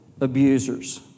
abusers